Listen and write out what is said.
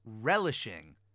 relishing